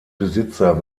besitzer